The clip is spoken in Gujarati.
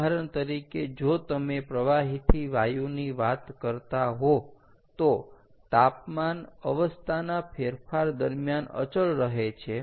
ઉદાહરણ તરીકે જો તમે પ્રવાહીથી વાયુ ની વાત કરતા હો તો તાપમાન અવસ્થા ના ફેરફાર દરમિયાન અચળ રહે છે